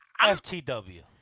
FTW